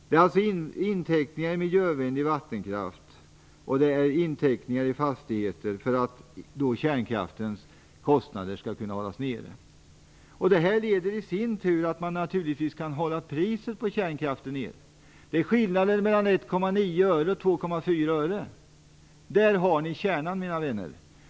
Det handlar om inteckningar i miljövänlig vattenkraft och inteckningar i fastigheter för att kärnkraftens kostnader skall kunna hållas nere. Det här leder i sin tur till att man naturligtvis kan hålla priset på kärnkraften nere. Det handlar om skillnaden mellan 1,9 och 2,4 öre - där har ni kärnan, mina vänner!